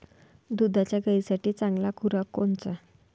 दुधाच्या गायीसाठी चांगला खुराक कोनचा?